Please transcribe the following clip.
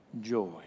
joy